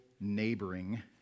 neighboring